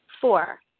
Four